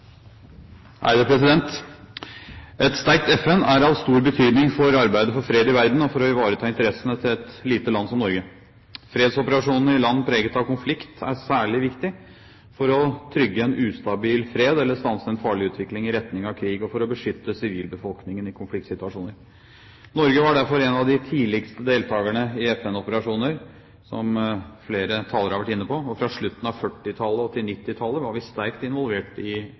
av stor betydning for arbeidet for fred i verden og for å ivareta interessene til et lite land som Norge. Fredsoperasjoner i land preget av konflikt er særlig viktig for å trygge en ustabil fred eller stanse en farlig utvikling i retning av krig og for å beskytte sivilbefolkningen i konfliktsituasjoner. Norge var derfor en av de tidligste deltakerne i FN-operasjoner, som flere talere har vært inne på, og fra slutten av 1940-tallet til 1990-tallet var vi sterkt involvert i